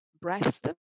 breast